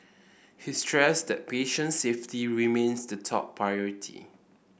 he stressed that patient safety remains the top priority